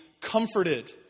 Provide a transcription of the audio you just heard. comforted